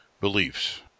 beliefs